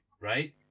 right